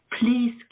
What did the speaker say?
Please